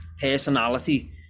personality